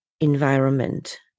environment